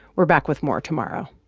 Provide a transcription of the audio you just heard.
we're back with more tomorrow